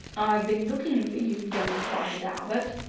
i've been looking for you, young blighted albert!